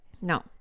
No